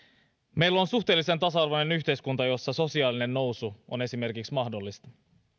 meillä on suhteellisen tasa arvoinen yhteiskunta jossa esimerkiksi sosiaalinen nousu on mahdollista